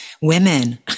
women